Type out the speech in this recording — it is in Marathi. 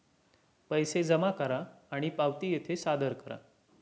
पैसे जमा करा आणि पावती येथे सादर करा